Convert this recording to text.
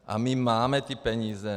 A my máme ty peníze.